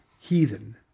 heathen